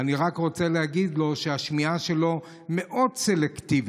אני רק רוצה להגיד לו שהשמיעה שלו מאוד סלקטיבית.